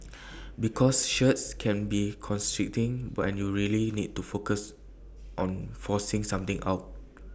because shirts can be constricting but and you really need to focus on forcing something out